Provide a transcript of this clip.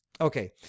Okay